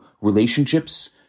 relationships